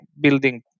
building